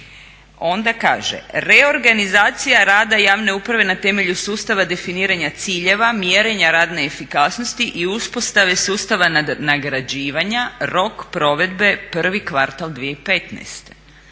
Onda kaže, reorganizacija rada javne uprave na temelju sustava definiranja ciljeva, mjerenja radne efikasnosti i uspostave sustava nagrađivanja, rok provedbe prvi kvartal 2015.